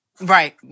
Right